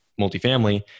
multifamily